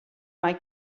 mae